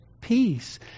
peace